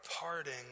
parting